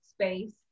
space